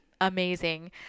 amazing